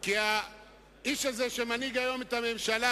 כי האיש הזה, שמנהיג היום את הממשלה,